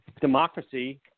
democracy